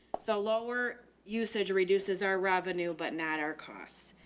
so lower usage or reduces our revenue, but not our costs.